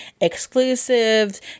exclusives